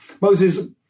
Moses